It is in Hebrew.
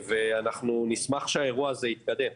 נשמח שהאירוע הזה יתקדם.